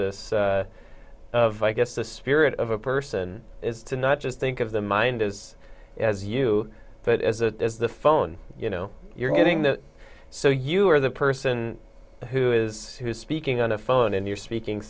i guess the spirit of a person is to not just think of the mind as as you but as a as the phone you know you're getting that so you are the person who is who is speaking on the phone and you're speaking